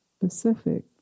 specific